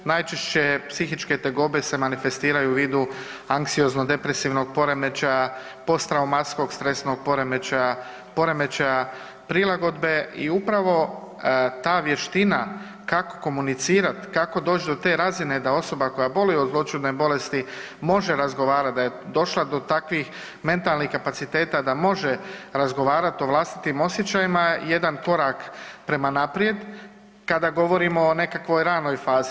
Najčešće psihičke tegobe se manifestiraju u vidu anksiozno depresivnog poremećaja, posttraumatskog stresnog poremećaja, poremećaja prilagodbe i upravo ta vještina kako komunicirati kako doći do te razine da osoba koja boluje od zloćudne bolesti može razgovarati da je došla do takvih mentalnih kapaciteta da može razgovarati o vlastitim osjećajima je jedan korak prema naprijed kada govorimo o nekakvoj ranoj fazi.